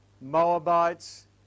Moabites